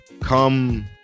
come